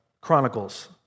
Chronicles